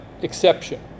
exception